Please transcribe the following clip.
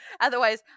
Otherwise